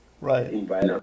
Right